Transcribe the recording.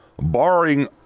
barring